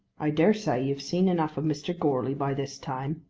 i dare say you've seen enough of mr. goarly by this time.